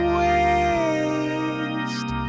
waste